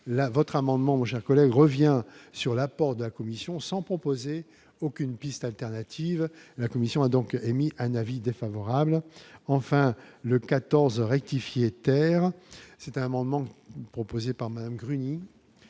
votre amendement Jacques collègues revient sur l'apport de la commission sans proposer aucune piste alternative, la commission a donc émis un avis défavorable, enfin le 14 E rectifier terre c'est un amendement proposé par Madame Gruny